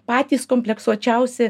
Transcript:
patys kompleksuočiausi